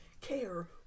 care